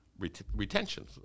retentions